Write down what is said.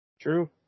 True